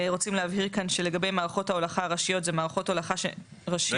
רוצים להבהיר כאן שלגבי מערכות ההולכה הראשיות זה מערכות הולכה ראשיות.